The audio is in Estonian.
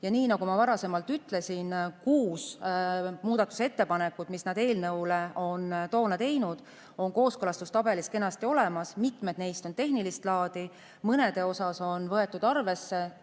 Nii nagu ma varasemalt ütlesin, kuus muudatusettepanekut, mis nad eelnõu kohta toona tegid, on kooskõlastustabelis kenasti olemas. Mitmed neist on tehnilist laadi, mõnda on võetud arvesse